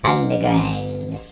Underground